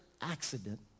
accident